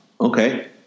okay